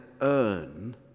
earn